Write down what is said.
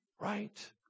Right